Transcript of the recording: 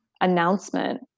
announcement